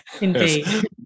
Indeed